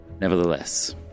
Nevertheless